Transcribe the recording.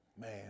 man